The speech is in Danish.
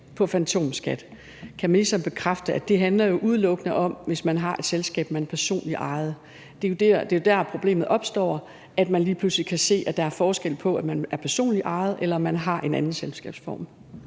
om ministeren kan bekræfte, at det udelukkende handler om et selskab, man personligt ejer. Det er jo der, problemet opstår. Man kan lige pludselig se, at der er forskel på, om det er personligt ejet, eller om det er en anden selskabsform.